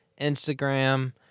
Instagram